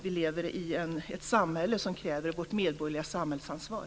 Vi lever i ett samhälle som kräver vårt medborgerliga samhällsansvar.